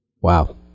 Wow